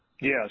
Yes